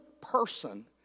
person